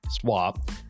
swap